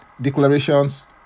declarations